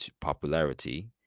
popularity